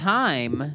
time